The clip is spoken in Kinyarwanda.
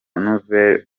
nouvelle